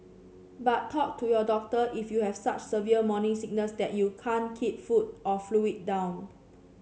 but talk to your doctor if you have such severe morning sickness that you can't keep food or fluid down